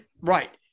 Right